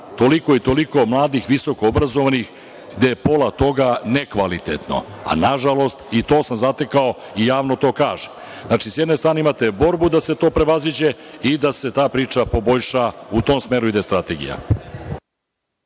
toliko i toliko mladih visokoobrazovanih, gde je pola toga nekvalitetno, a nažalost i to sam zatekao i javno to kažem. Znači, s jedne strane imate borbu da se to prevaziđe i da se ta priča poboljša. U tom smeru ide strategija.